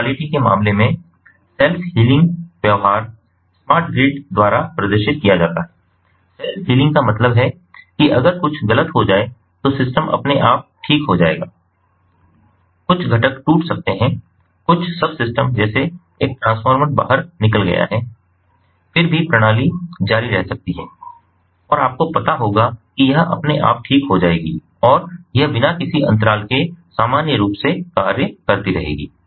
power quality के मामले में सेल्फ हीलिंग व्यवहार स्मार्ट ग्रिड द्वारा प्रदर्शित किया जाता है सेल्फ हीलिंग का मतलब है कि अगर कुछ गलत हो जाए तो सिस्टम अपने आप ठीक हो जाएगा कुछ घटक टूट सकते हैं कुछ सबसिस्टम जैसे एक ट्रांसफॉर्मर बाहर निकल गया हैं फिर भी प्रणाली जारी रह सकती है आपको पता होगा कि यह अपने आप ठीक हो जाएगी और यह बिना किसी अंतराल के सामान्य रूप से कार्य करती रहेगी